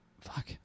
fuck